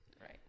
Right